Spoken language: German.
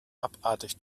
abartig